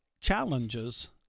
challenges